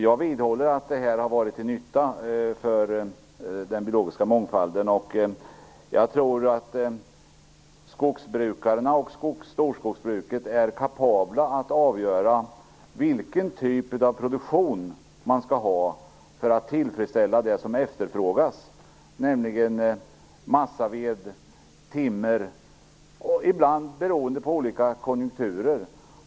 Jag vidhåller att det här har varit till nytta för den biologiska mångfalden. Jag tror att skogsbrukarna inklusive storskogsbruket är kapabla att avgöra vilken typ av produktion man skall ha för att tillfredsställa efterfrågan på massaved och timmer, ibland beroende på olika konjunkturer.